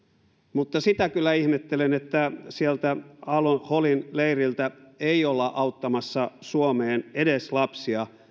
mutta sitä kyllä ihmettelen että sieltä al holin leiriltä ei olla auttamassa suomeen edes lapsia